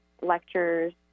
lectures